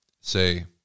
Say